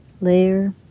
layer